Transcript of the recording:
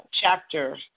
chapter